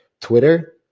twitter